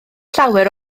llawer